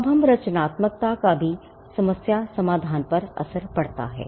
अब रचनात्मकता का भी समस्या समाधान पर असर पड़ता है